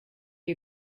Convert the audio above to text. you